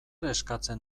eskatzen